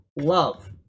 love